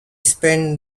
spent